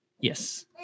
Yes